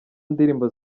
ndirimbo